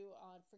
on